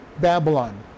Babylon